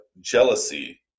jealousy